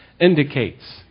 indicates